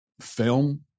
Film